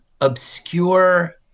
obscure